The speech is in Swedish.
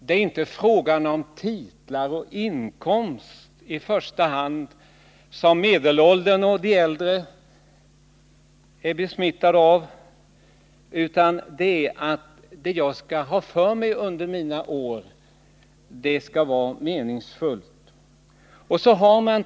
Det är inte i första hand fråga om en strävan efter titlar och inkomster, vilket medelålders människor och äldre är besmittade av, utan man vill att det man skall ha för sig under sina år skall vara meningsfullt.